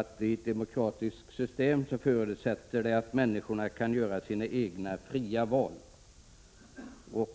Ett demokratiskt system förutsätter att människorna kan göra sina egna fria val.